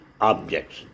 objects